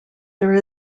there